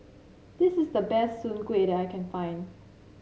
this is the best Soon Kuih that I can find